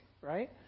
right